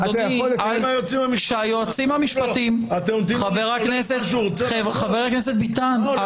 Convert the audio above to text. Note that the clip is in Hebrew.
--- היועצים המשפטיים --- חבר הכנסת ביטן,